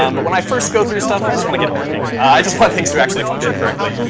um but when i first go through stuff, i just want to get it working. i just want things to actually function correctly.